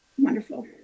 wonderful